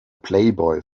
playboy